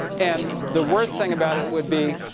and the worst thing about it would be,